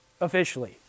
officially